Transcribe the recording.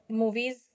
movies